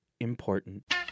important